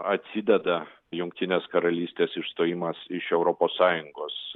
atsideda jungtinės karalystės išstojimas iš europos sąjungos